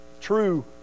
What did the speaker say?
true